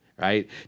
Right